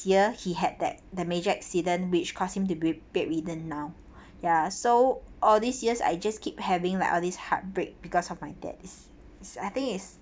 year he had that the major accident which caused him to be bedridden now ya so all these years I just keep having like all these heartbreak because of my dad I think is